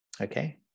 Okay